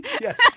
Yes